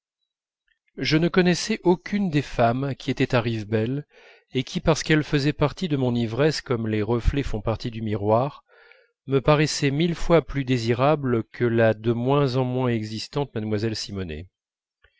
je ne connaissais aucune des femmes qui étaient à rivebelle et qui parce qu'elles faisaient partie de mon ivresse comme les reflets font partie du miroir me paraissaient mille fois plus désirables que la de moins en moins existante mlle simonet